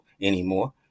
anymore